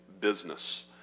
business